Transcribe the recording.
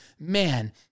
Man